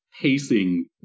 pacing